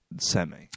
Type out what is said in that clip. semi